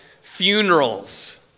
funerals